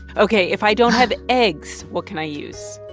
ok. if i don't have eggs, what can i use?